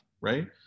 right